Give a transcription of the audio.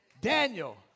Daniel